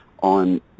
on